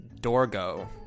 dorgo